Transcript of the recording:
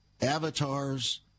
avatars